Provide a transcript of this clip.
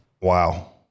Wow